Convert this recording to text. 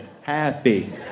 happy